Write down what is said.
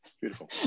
Beautiful